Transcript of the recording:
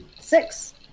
six